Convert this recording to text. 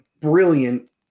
brilliant